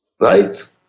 Right